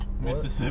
Mississippi